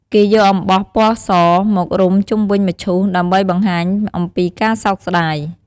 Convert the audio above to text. គេយកអំបោះពណ៌សមករុំជុំវិញមឈូស ដើម្បីបង្ហាញអំពីការសោកស្តាយ។